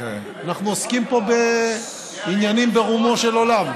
אנחנו עוסקים פה בעניינים ברומו של עולם.